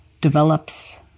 develops